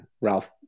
Ralph